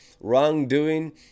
wrongdoing